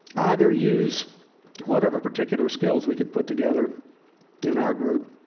either use whatever particular skills we could put together in our group